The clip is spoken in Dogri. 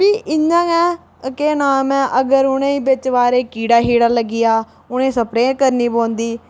भी उ'आं गै केह् नांऽ अगर उ'नें गी बिच बारे कीड़ा लग्गी जा उ'नें गी स्प्रे करनी पौंदी